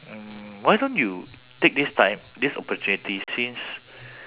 mm why don't you take this time this opportunity since